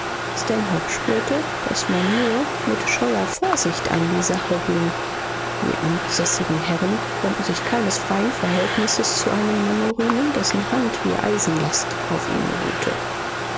spürte daß man nur mit scheuer vorsicht an die sache ging die amtssässigen herren konnten sich keines freien verhältnisses zu einem manne rühmen dessen hand wie eisenlast auf ihnen ruhte